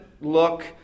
look